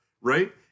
Right